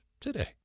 today